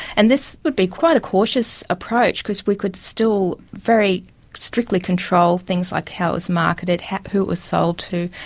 and this would be quite a cautious approach because we could still very strictly control things like how it was marketed, who it was sold to,